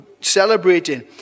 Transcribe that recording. celebrating